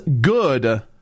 good